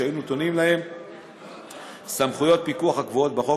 שיהיו נתונות להם סמכויות פיקוח הקבועות בחוק